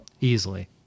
easily